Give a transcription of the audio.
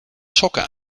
sokken